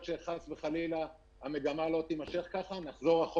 הבא לא להיות ב- 7,000 תיירים בשבוע אלא ב-15,000.